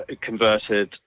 converted